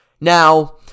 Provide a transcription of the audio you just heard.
Now